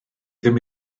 ddim